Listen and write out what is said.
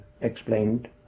explained